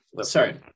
sorry